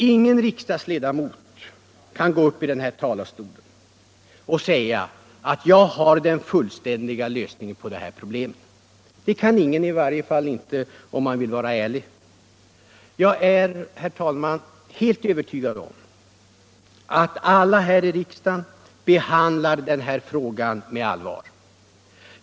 Ingen riksdagsledamot kan gå upp här i talarstolen och säga: Jag har den fullständiga lösningen på de här problemen. Det kan ingen, i varje fall inte om man vill vara ärlig. Jag är, herr talman, helt övertygad om att alla i riksdagen behandlar den här frågan med allvar.